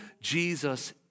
Jesus